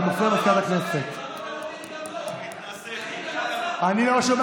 אתה מבין, חבר הכנסת אמסלם, אני קורא